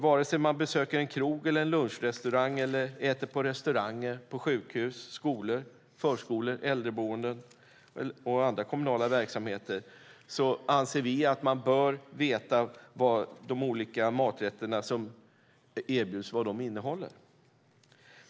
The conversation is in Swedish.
Vare sig man besöker en krog, en lunchrestaurang eller äter på restauranger på sjukhus, skolor, förskolor, äldreboenden eller andra kommunala verksamheter anser vi att man bör få veta vad de olika maträtterna som erbjuds innehåller.